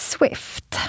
Swift